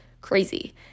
crazy